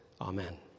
Amen